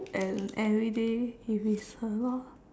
an everyday if it's a lot